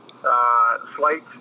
slight